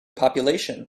population